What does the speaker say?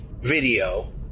video